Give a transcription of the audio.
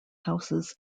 houses